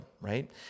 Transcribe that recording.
right